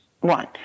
One